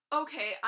okay